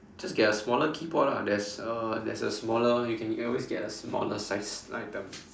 just get a smaller keyboard lah there's a there's a smaller one you can always get a smaller size now you tell me